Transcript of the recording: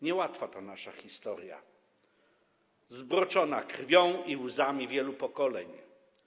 Niełatwa ta nasza historia, zbroczona krwią i łzami wielu pokoleń.